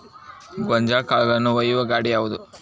ಗೋಂಜಾಳ ಕಾಳುಗಳನ್ನು ಒಯ್ಯುವ ಗಾಡಿ ಯಾವದು?